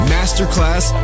Masterclass